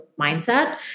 mindset